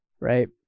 right